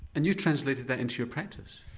and you translated that into your practice.